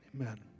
Amen